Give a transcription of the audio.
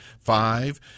five